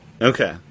Okay